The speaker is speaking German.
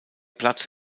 platz